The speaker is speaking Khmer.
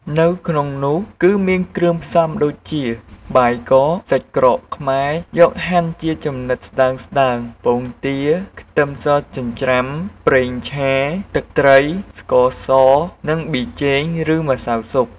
នៅក្នុងនោះ គឺមានគ្រឿងផ្សំដូចជា បាយកក សាច់ក្រកខ្មែរ យកហាន់ជាចំណិតស្តើងៗ ពងទា ខ្ទឹមសចិញ្ច្រាំ ប្រេងឆា ទឹកត្រី ស្ករស និង ប៊ីចេង ឬម្សៅស៊ុប។